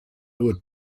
would